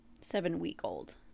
Seven-week-old